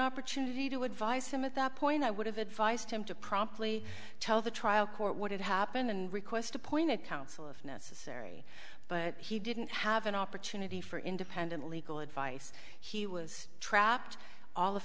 opportunity to advise him at that point i would have advised him to promptly tell the trial court what had happened and request a pointed counsel if necessary but he didn't have an opportunity for independent legal advice he was trapped all of